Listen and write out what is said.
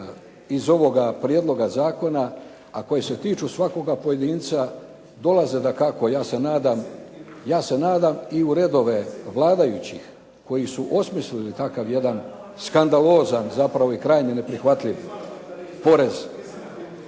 iz ovoga prijedloga zakona, a koje se tiču svakoga pojedinca dolaze dakako, ja se nadam i u redove vladajućih koji su osmislili takav jedan skandalozan zapravo i krajnje neprihvatljiv porez.